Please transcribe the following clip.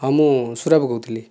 ହଁ ମୁଁ ସୁରାଖୁ କହୁଥିଲି